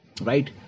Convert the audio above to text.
Right